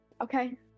okay